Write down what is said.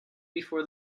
before